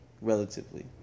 Relatively